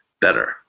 better